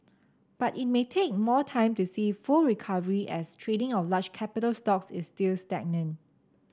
but it may take more time to see full recovery as trading of large capital stocks is still stagnant